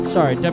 Sorry